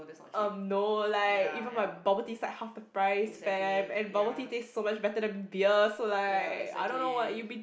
um no like even my bubble tea's like half the price fam and bubble tea tastes so much better than beer so like I don't know what you'll be